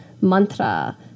mantra